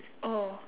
oh